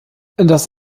das